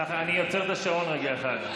אני עוצר את השעון רגע אחד.